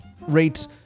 rates